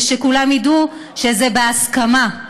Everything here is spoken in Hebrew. ושכולם ידעו שזה בהסכמה,